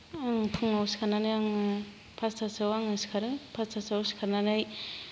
आं फुङाव सिखारनानै आं फासथासोआव आं सिखारो फासथासोआव सिखारनानै